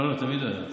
תמיד הוא היה.